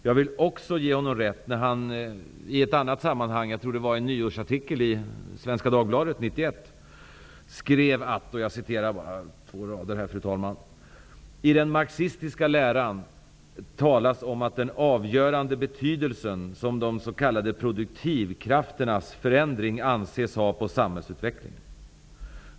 Jag vill också ge honom rätt när han i ett annat sammanhang, jag tror att det var i en nyårsartikel i Svenska Dagbladet 1991, skrev att i den marxistiska läran talas om den avgörande betydelse som de s.k. produktivkrafternas förändring anses ha på samhällsutvecklingen.